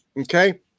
okay